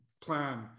plan